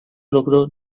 logró